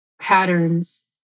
patterns